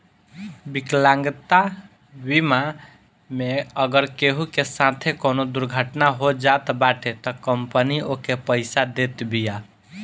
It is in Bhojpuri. विकलांगता बीमा मे अगर केहू के साथे कवनो दुर्घटना हो जात बाटे तअ कंपनी ओके पईसा देत बिया